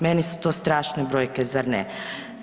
Meni su to strašne brojke zar ne?